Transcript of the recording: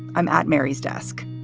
i'm at mary's desk.